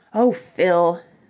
oh, fill!